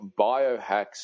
biohacks